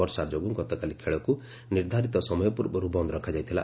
ବର୍ଷା ଯୋଗୁଁ ଗତକାଲି ଖେଳକୁ ନିର୍ଦ୍ଧାରିତ ସମୟ ପୂର୍ବରୁ ବନ୍ଦ୍ ରଖାଯାଇଥିଲା